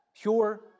Pure